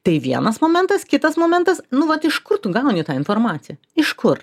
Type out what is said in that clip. tai vienas momentas kitas momentas nu vat iš kur tu gauni tą informaciją iš kur